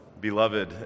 beloved